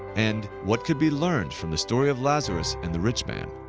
and what could be learned from the story of lazarus and the rich man?